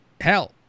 hell